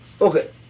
Okay